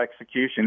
execution